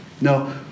No